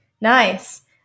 Nice